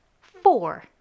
Four